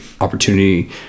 opportunity